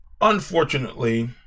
Unfortunately